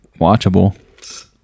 watchable